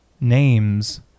name's